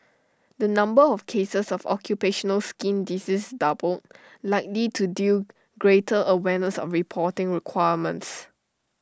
the number of cases of occupational skin disease doubled likely to due greater awareness of reporting requirements